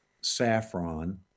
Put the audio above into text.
saffron